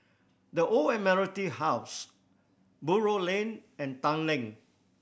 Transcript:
The Old Admiralty House Buroh Lane and Tanglin